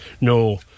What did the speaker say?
no